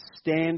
stand